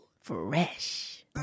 Fresh